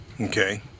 okay